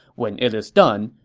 when it's done,